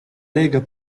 lega